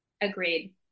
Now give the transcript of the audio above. Agreed